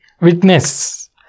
witness